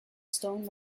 stone